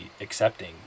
accepting